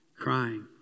crying